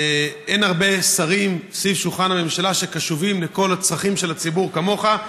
אין הרבה שרים סביב שולחן הממשלה שקשובים לכל הצרכים של הציבור כמוך,